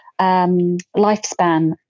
lifespan